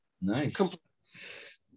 nice